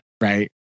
Right